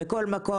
בכל מקום.